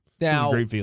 Now